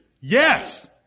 Yes